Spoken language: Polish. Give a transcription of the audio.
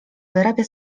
wyrabia